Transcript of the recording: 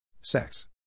Sex